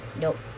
Nope